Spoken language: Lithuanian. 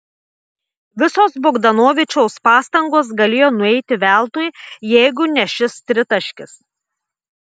visos bogdanovičiaus pastangos galėjo nueiti veltui jeigu ne šis tritaškis